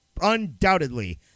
undoubtedly